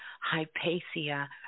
Hypatia